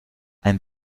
ein